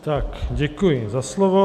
Tak děkuji za slovo.